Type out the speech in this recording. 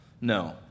no